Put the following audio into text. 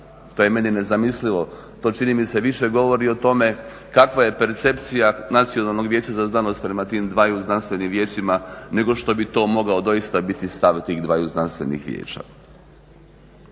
to je meni nezamislivo, to čini mi se više govori o tome kakva je percepcija Nacionalnog vijeća za znanost prema tim dvaju znanstvenim vijećima nego što bi to mogao doista biti stav tih dvaju znanstvenih vijeća.